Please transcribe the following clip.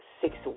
six